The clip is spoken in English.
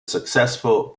successful